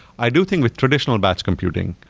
i do thin with traditional batch computing,